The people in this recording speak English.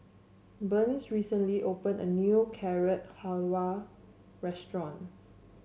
Burns recently opened a new Carrot Halwa Restaurant